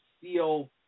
feel